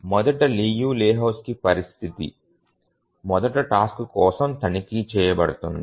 మొదట లియు లెహోజ్కీ పరిస్థితి మొదటి టాస్క్ కోసం తనిఖీ చేయబడుతుంది